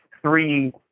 three